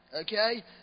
okay